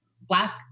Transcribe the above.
black